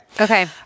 Okay